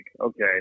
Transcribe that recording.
okay